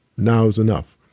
now is enough.